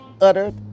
uttered